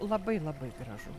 labai labai gražu